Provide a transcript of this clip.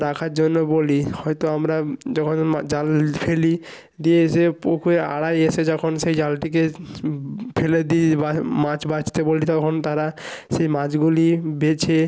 রাখার জন্য বলি হয়তো আমরা যখন হয়তো মাছ জাল ফেলি দিয়ে এসে পুকুরে আরাই এসে যখন সেই জালটিকে ফেলে দিই বা মাছ বাছতে বলি তখন তারা সেই মাছগুলি বেছে